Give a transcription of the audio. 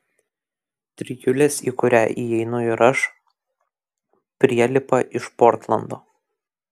trijulės į kurią įeinu ir aš prielipa iš portlando